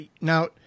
now